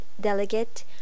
delegate